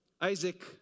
Isaac